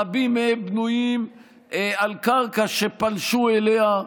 רבים מהם בנויים על קרקע שפלשו אליה,